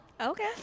okay